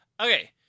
Okay